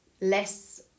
less